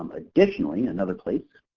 um additionally, another place,